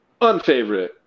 Unfavorite